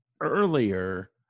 earlier